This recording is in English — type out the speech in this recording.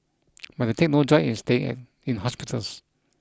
but they take no joy in staying in in hospitals